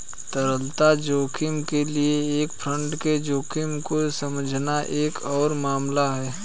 तरलता जोखिम के लिए एक फंड के जोखिम को समझना एक और मामला है